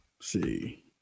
see